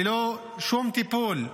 ללא שום טיפול.